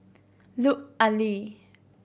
Lut Ali